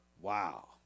Wow